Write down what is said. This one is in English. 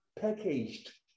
packaged